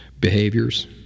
behaviors